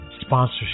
sponsorship